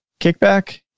kickback